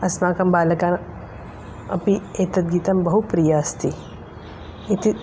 अस्माकं बालकान् अपि एतद्गीतं बहु प्रियम् अस्ति इति